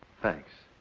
thanks.